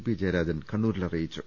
P Jayarajan കണ്ണൂരിൽ അറിയിച്ചു